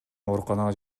ооруканага